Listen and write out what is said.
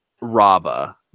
Rava